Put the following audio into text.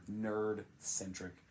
nerd-centric